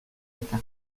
eta